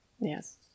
Yes